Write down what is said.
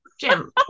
Jim